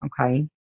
Okay